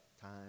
Time